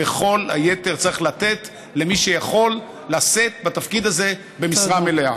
ואת כל היתר צריך לתת למי שיכול לשאת בתפקיד הזה במשרה מלאה.